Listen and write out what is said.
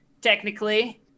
technically